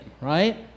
right